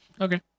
Okay